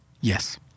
Yes